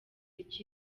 iki